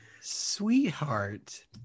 Sweetheart